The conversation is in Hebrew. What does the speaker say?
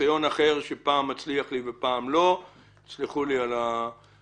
ידנו וחותם על כך שהוא ישמור על סודיות.